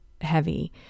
heavy